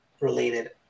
related